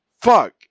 Fuck